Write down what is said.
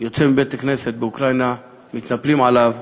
יוצא מבית-הכנסת באוקראינה, מתנפלים עליו,